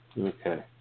Okay